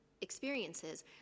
experiences